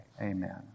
Amen